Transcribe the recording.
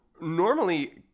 normally